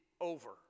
over